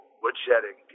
woodshedding